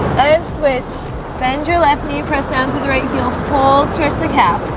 switch bend your left knee you press down through the right heel all churchly cap